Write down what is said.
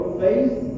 faith